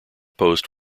post